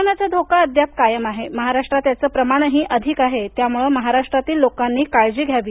कोरोनाचा धोका अद्याप कायम आहे महाराष्ट्रात याचे प्रमाण अधिक आहे त्यामुळे महाराष्ट्रातील लोकांणी काळजी घ्यावी